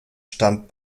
stand